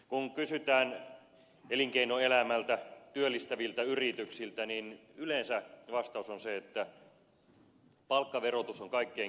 kun verotuksesta kysytään elinkeinoelämältä työllistäviltä yrityksiltä yleensä vastaus on se että palkkaverotus on kaikkein keskeisin asia